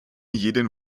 jeden